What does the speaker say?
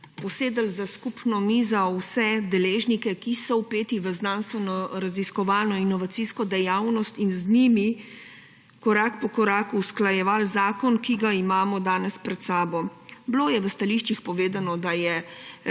posedli za skupno mizo vse deležnike, ki so vpeti v znanstvenoraziskovalno in inovacijsko dejavnost in z njimi korak po koraku usklajevali zakon, ki ga imamo danes pred sabo. Bilo je v stališčih povedano, da je